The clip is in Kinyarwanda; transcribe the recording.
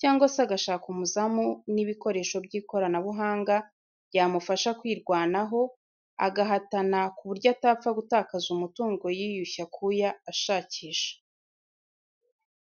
cyangwa se agashaka umuzamu n'ibikoresho by'ikoranabuhanga byamufasha kwirwanaho, agahatana ku buryo atapfa gutakaza umutungo yiyushye akuya ashakisha.